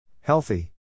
Healthy